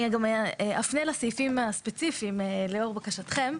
אני גם אפנה לסעיפים הספציפיים, לאור בקשתכם.